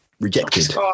rejected